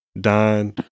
Don